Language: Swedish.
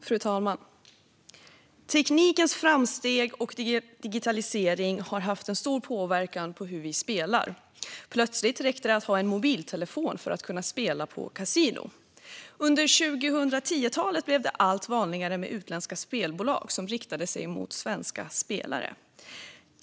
Fru talman! Teknikens framsteg och digitaliseringen har haft stor påverkan på hur vi spelar. Plötsligt räckte det att ha en mobiltelefon för att kunna spela på kasino. Under 2010-talet blev det allt vanligare med utländska spelbolag som riktade sig mot svenska spelare.